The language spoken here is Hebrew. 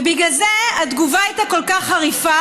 ובגלל זה התגובה שלכם הייתה כל כך חריפה,